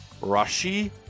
Rashi